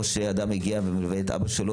או שאדם שמלווה את אבא שלו,